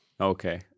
Okay